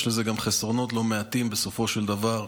יש לזה גם חסרונות לא מעטים, בסופו של דבר,